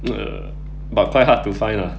uh but quite hard to find ah